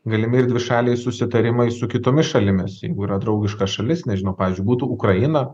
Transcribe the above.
galimi ir dvišaliai susitarimai su kitomis šalimis jeigu yra draugiška šalis nežinau pavyzdžiui būtų ukraina